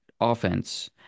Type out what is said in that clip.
offense